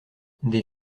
des